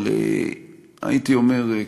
הייתי אומר,